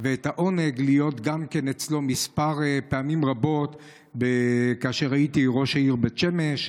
והעונג להיות אצלו פעמים רבות כאשר הייתי ראש עיריית בית שמש,